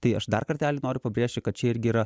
tai aš dar kartelį noriu pabrėžti kad čia irgi yra